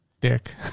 dick